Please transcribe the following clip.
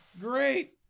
Great